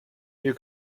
you